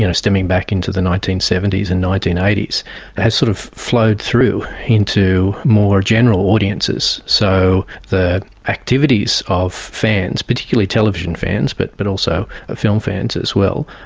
you know stemming back into the nineteen seventy s and nineteen eighty s, that sort of flowed through into more general audiences. so the activities of fans, particularly television fans but but also film fans as well,